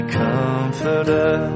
comforter